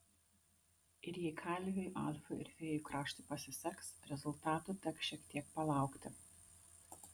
ir jei kalviui alfui ir fėjų kraštui pasiseks rezultatų teks šiek tiek palaukti